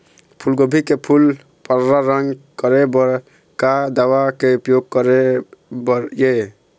फूलगोभी के फूल पर्रा रंग करे बर का दवा के उपयोग करे बर ये?